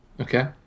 Okay